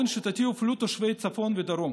תושבי הצפון והדרום